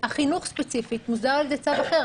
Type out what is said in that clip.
החינוך ספציפית מוסדר על ידי צו אחר.